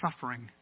suffering